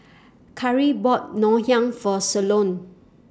Karri bought Ngoh Hiang For Sloane